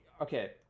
okay